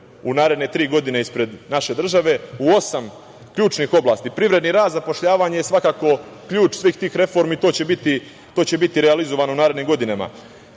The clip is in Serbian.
u naredne tri godine ispred naše države u osam ključnih oblasti. Privredni rast i zapošljavanje je svako ključ svih tih reformi i to će biti realizovano u narednim godinama. Svakako